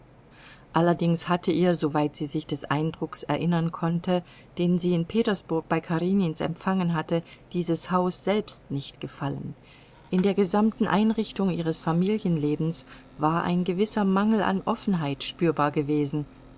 allerdings hatte ihr soweit sie sich des eindrucks erinnern konnte den sie in petersburg bei karenins empfangen hatte dieses haus selbst nicht gefallen in der gesamten einrichtung ihres familienlebens war ein gewisser mangel an offenheit spürbar gewesen